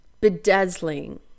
bedazzling